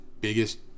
biggest